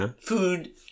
food